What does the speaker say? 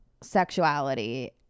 sexuality